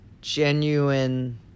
genuine